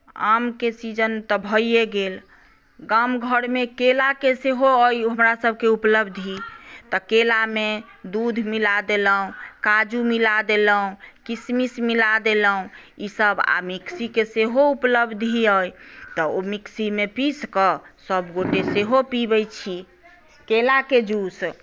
आमके सीजन तऽ भइए गेल गाम घरमे केराके सेहो अइ हमरासभके उपलब्धि तऽ केरामे दूध मिला देलहुँ काजू मिला देलहुँ किसमिस मिला देलहुँ ईसभ आ मिक्सीके सेहो उपलब्धि अइ तऽ ओहि मिक्सीमे पीसि कऽ सभगोटे सेहो पीबैत छी केराके जूस